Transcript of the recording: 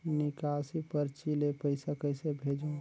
निकासी परची ले पईसा कइसे भेजों?